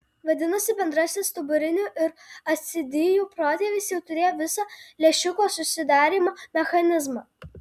vadinasi bendrasis stuburinių ir ascidijų protėvis jau turėjo visą lęšiuko susidarymo mechanizmą